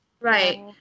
Right